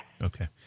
Okay